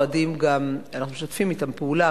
אנחנו משתפים אתם פעולה,